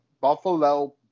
Buffalo